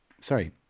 Sorry